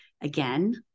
Again